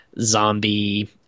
zombie